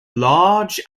large